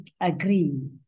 agree